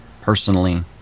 Personally